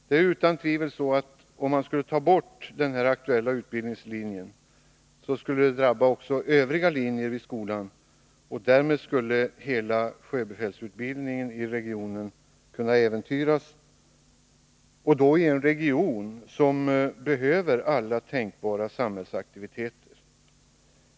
Det är utan tvivel så att ett borttagande av den aktuella utbildningslinjen skulle drabba även övriga linjer i skolan, och därmed skulle hela sjöbefälsutbildningen i regionen kunna äventyras — och då i en region som behöver alla tänkbara samhällsaktiviteter.